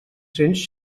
cents